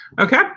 Okay